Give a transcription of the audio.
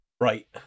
right